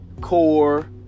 core